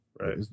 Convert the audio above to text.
Right